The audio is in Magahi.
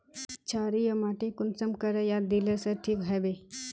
क्षारीय माटी कुंसम करे या दिले से ठीक हैबे?